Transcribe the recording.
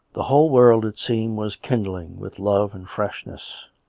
the whole world, it seemed, was kindling with love and freshness.